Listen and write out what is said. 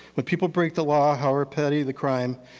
when people break the law, however petty the crime,